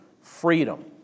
freedom